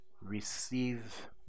receive